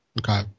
Okay